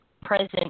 present